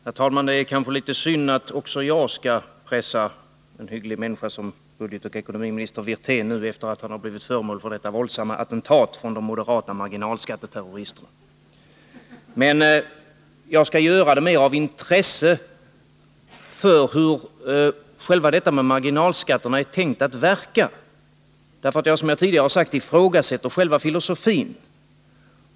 Herr talman! Det är kanske litet synd att även jag skall pressa en hygglig människa som budgetoch ekonomiminister Wirtén efter det att han har blivit föremål för detta våldsamma attentat från de moderata marginalskatteterroristerna. Men jag skall göra det mera av intresse för hur en sänkning av marginalskatterna är tänkt att verka. Jag ifrågasätter nämligen, som jag tidigare sade, själva marginalskattefilosofin.